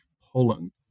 Poland